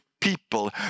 people